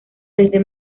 desde